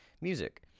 music